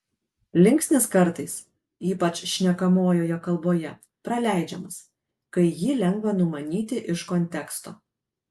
linksnis kartais ypač šnekamojoje kalboje praleidžiamas kai jį lengva numanyti iš konteksto